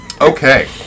Okay